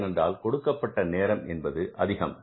ஏனென்றால் கொடுக்கப்பட்ட நேரம் என்பது அதிகம்